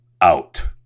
out